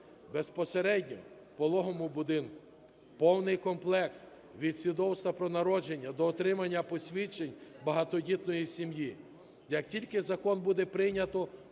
безпосередньо у пологовому будинку. Повний комплект – від свідоцтва про народження до отримання посвідчень багатодітної сім'ї. Як тільки закон буде прийнято,